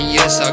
Yes